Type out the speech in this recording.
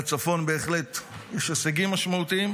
בצפון בהחלט יש הישגים משמעותיים,